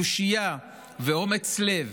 תושייה ואומץ לב